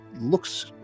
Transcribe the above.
looks